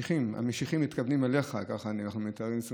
המשיחיים מתכוונים אליך, כך אנחנו מתארים.